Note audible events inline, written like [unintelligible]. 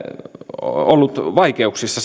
ollut vaikeuksissa [unintelligible]